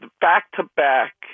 Back-to-back